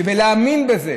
להאמין בזה.